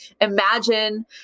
imagine